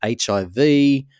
hiv